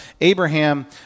Abraham